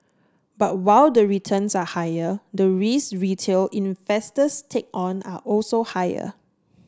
but while the returns are higher the risk retail investors take on are also higher